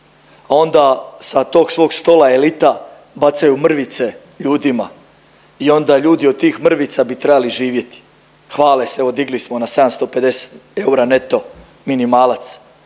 a onda sa tog svog stola elita bacaju mrvice ljudima i onda ljudi od tih mrvica bi trebali živjeti. Hvale se evo digli smo na 750 eura neto minimalac.